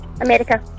America